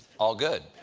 all good.